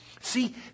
See